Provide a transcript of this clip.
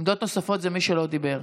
עמדות נוספות זה מי שלא דיבר.